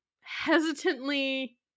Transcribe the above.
hesitantly